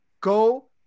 Go